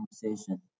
conversation